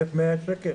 1,100 שקל.